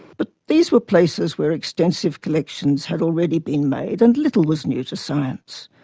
but these were places where extensive collections had already been made, and little was new to science.